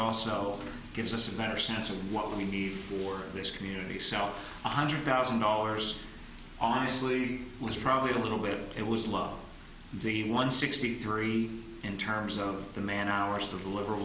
also gives us a better sense of what we need for this community so one hundred thousand dollars honestly was probably a little bit it was love the one sixty three in terms of the man hours of the liber